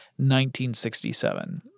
1967